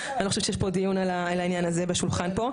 אני לא חושבת שיש פה דיון על העניין הזה בשולחן פה.